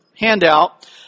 Handout